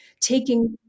taking